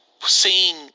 seeing